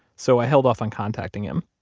so i held off on contacting him